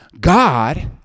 god